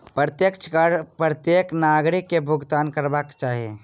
प्रत्यक्ष कर प्रत्येक नागरिक के भुगतान करबाक चाही